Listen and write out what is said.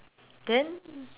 then